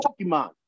pokemon